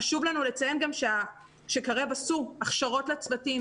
חשוב לנו לציין גם שאנשי קרן קרב עשו הכשרות לצוותים,